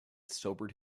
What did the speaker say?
sobered